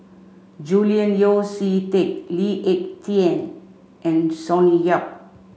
Julian Yeo See Teck Lee Ek Tieng and Sonny Yap